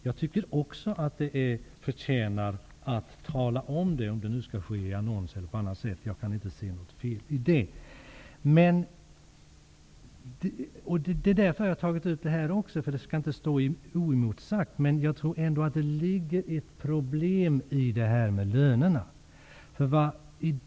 Jag tycker också att detta förtjänar att omtalas, kanske i annons eller på annat sätt -- jag ser inte något fel i det. Jag har tagit upp detta bl.a. därför att kritiken inte skall få stå oemotsagd. Men jag tror ändå att det ligger ett problem i lönefrågan.